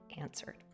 answered